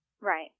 Right